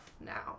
now